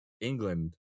england